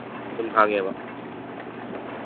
ꯑꯗꯨꯝ ꯍꯥꯡꯉꯦꯕ ꯎꯝ